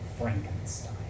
Frankenstein